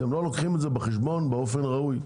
אתם לא לוקחים את זה בחשבון באופן ראוי,